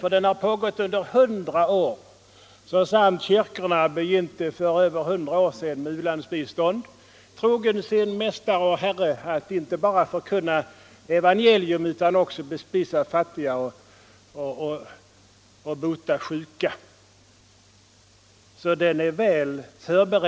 Den har nämligen pågått i mer än hundra år, så sant som att kyrkorna för så länge sedan började med u-landsbistånd, trogna sin Mästare och Herre att inte bara förkunna evangelium utan också bespisa fattiga och bota sjuka.